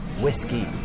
Whiskey